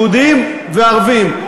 יהודים וערבים.